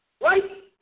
right